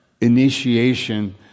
initiation